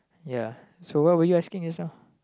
ya so what were you asking just now